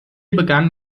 begann